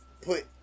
put